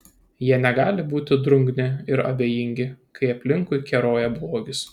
jie negali būti drungni ir abejingi kai aplinkui keroja blogis